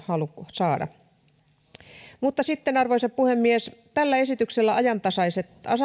saada suomeen kansainvälisiltä areenoilta mutta sitten arvoisa puhemies tällä esityksellä ajantasaistettaisiin